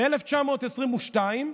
ב-1922,